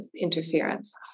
interference